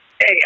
Hey